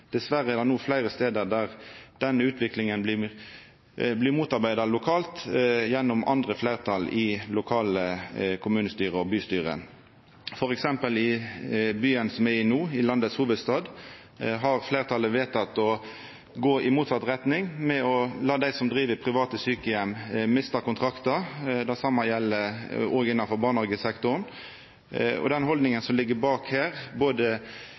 Dessverre er det no fleire stader der den utviklinga vert motarbeidd lokalt gjennom andre fleirtal i lokale kommunestyre og bystyre. For eksempel i byen me er i no, hovudstaden i landet, har fleirtalet vedteke å gå i motsett retning ved å la dei som driv private sjukeheimar, mista kontraktar. Det same gjeld innanfor barnehagesektoren. Den haldninga som ligg bak her – både